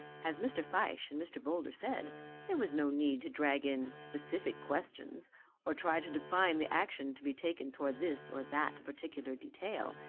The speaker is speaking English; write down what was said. as mr. fyshe and mr. boulder said there was no need to drag in specific questions or try to define the action to be taken towards this or that particular detail,